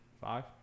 Five